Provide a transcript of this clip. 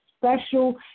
special